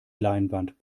leinwand